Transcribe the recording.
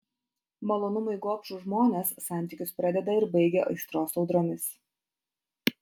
malonumui gobšūs žmonės santykius pradeda ir baigia aistros audromis